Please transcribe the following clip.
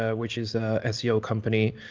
ah which is a seo company.